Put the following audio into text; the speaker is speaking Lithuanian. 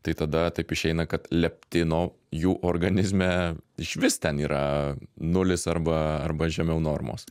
tai tada taip išeina kad leptino jų organizme išvis ten yra nulis arba arba žemiau normos